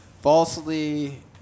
Falsely